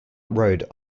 rode